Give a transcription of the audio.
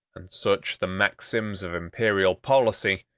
and such the maxims of imperial policy,